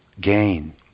gain